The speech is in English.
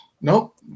nope